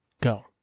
go